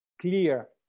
clear